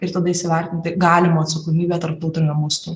ir tada įsivertinti galimą atsakomybę tarptautiniu mastu